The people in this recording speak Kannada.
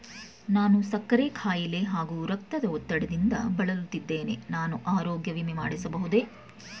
ನಾನು ಸಕ್ಕರೆ ಖಾಯಿಲೆ ಹಾಗೂ ರಕ್ತದ ಒತ್ತಡದಿಂದ ಬಳಲುತ್ತಿದ್ದೇನೆ ನಾನು ಆರೋಗ್ಯ ವಿಮೆ ಮಾಡಿಸಬಹುದೇ?